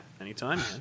anytime